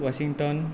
Washington